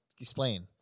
Explain